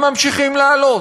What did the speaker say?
הם ממשיכים לעלות.